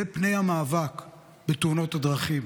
אלה פני המאבק בתאונות הדרכים.